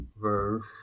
verse